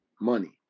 Money